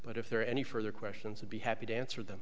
but if there are any further questions would be happy to answer them